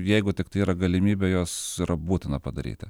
jeigu tiktai yra galimybė jas yra būtina padaryti